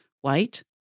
white